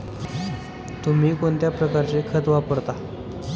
तुम्ही कोणत्या प्रकारचे खत वापरता?